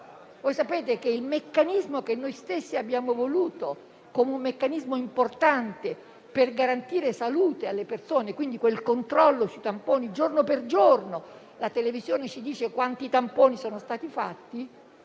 Voi sapete che il meccanismo che noi stessi abbiamo voluto, come un meccanismo importante per garantire salute alle persone, cioè il controllo sui tamponi giorno per giorno (con la televisione che ci dice quanti tamponi sono stati fatti),